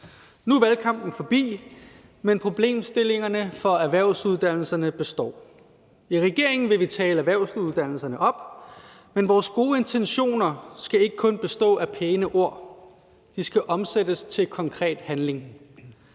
Nu er valgkampen forbi, men problemstillingerne for erhvervsuddannelserne består. I regeringen vil vi tale erhvervsuddannelserne op, men vores gode intentioner skal ikke kun bestå af pæne ord – de skal omsættes til konkret handling.